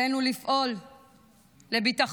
עלינו לפעול לביטחון